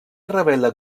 revela